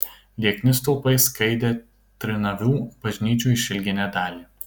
liekni stulpai skaidė trinavių bažnyčių išilginę dalį